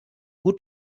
gut